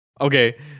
Okay